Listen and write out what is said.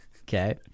Okay